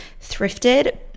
thrifted